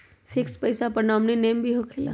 Fix पईसा पर nominee name भी होकेला?